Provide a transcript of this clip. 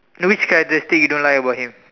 no which characteristic you don't like about him